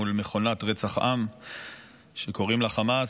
מול מכונת רצח עם שקוראים לה חמאס,